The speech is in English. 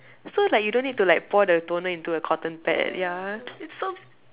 so like you don't need to like pour the toner into a cotton pad ya it's so